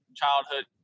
childhood